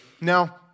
Now